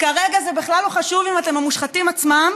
כרגע זה בכלל לא חשוב אם אתם המושחתים עצמם